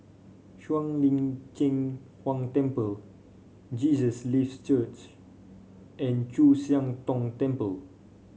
Shuang Lin Cheng Huang Temple Jesus Lives Church and Chu Siang Tong Temple